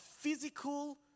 physical